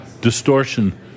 distortion